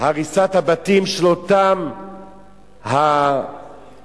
הריסת הבתים של אותם טרוריסטים.